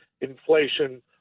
Inflation